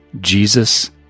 Jesus